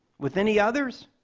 with any others?